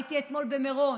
הייתי אתמול במירון,